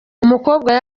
umukobwa